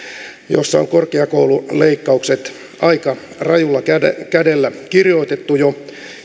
jossa on korkeakoululeikkaukset aika rajulla kädellä kädellä kirjoitettu jo